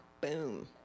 Boom